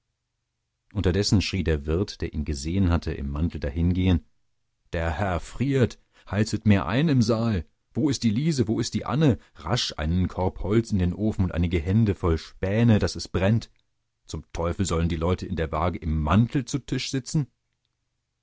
unterdessen schrie der wirt der ihn gesehen hatte im mantel dahin gehen der herr friert heizet mehr ein im saal wo ist die liese wo ist die anne rasch einen korb holz in den ofen und einige hände voll späne daß es brennt zum teufel sollen die leute in der waage im mantel zu tisch sitzen